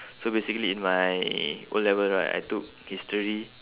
so basically in my O level right I took history